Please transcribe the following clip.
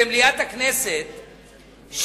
במליאת הכנסת,